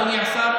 אדוני השר,